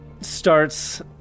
starts